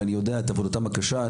ואני יודע את עבודתם הקשה.